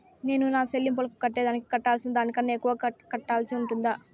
నేను నా సెల్లింపులకు కట్టేదానికి కట్టాల్సిన దానికన్నా ఎక్కువగా కట్టాల్సి ఉంటుందా?